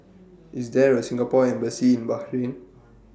IS There A Singapore Embassy in Bahrain